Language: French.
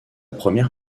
première